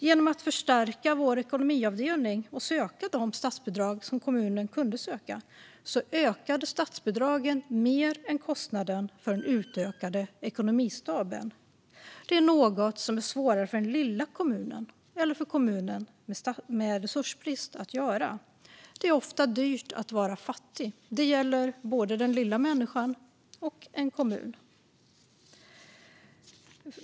Genom att förstärka vår ekonomiavdelning och söka de statsbidrag som kommunen kunde söka ökade statsbidragen mer än kostnaden för den utökade ekonomistaben. Det är något som är svårare att göra för den lilla kommunen eller för en kommun med resursbrist. Det är ofta dyrt att vara fattig. Det gäller både den lilla människan och en kommun.